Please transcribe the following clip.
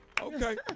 Okay